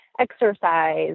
exercise